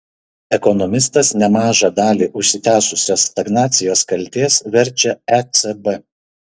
ekonomistas nemažą dalį užsitęsusios stagnacijos kaltės verčia ecb